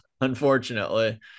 unfortunately